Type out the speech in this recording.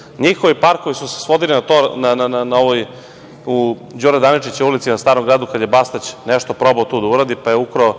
rad. Njihovi parkovi su se svodili u ulici Đure Daničića na Starom gradu kada je Bastać nešto probao tu da uradi, pa je ukrao